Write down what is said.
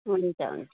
हुन्छ हुन्छ